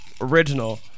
original